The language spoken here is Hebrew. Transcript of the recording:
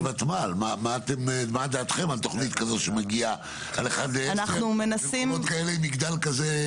השאלה מה דעתם על תוכנית כזאת שמגיעה על 1:10 במקומות כאלה עם מגדל כזה?